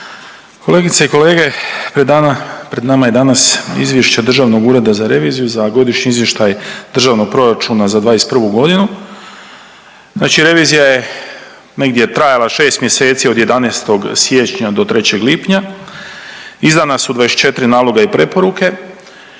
Kolegice i kolege, pred nama je danas Izvješće Državnog ureda za reviziju za Godišnji izvještaj Državnog proračuna za '21. g. Znači revizija je negdje trajala 6 mjeseci, od 11. siječnja do 3. lipnja. Izdana su 24 naloga i preporuke.